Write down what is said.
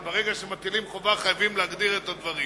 אבל ברגע שמטילים חובה חייבים להגדיר את הדברים.